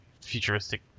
futuristic